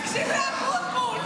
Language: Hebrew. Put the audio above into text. סגן השר אבוטבול,